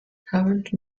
current